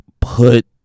put